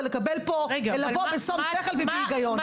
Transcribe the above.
ולבוא בשום שכל ובהיגיון.